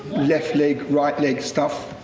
left leg right leg stuff.